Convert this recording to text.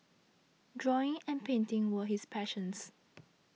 drawing and painting were his passions